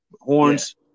horns